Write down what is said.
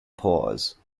pause